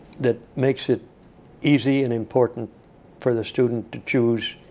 that makes it easy and important for the student to choose